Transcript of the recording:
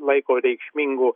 laiko reikšmingu